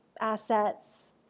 assets